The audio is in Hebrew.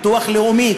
ביטוח לאומי,